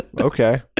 Okay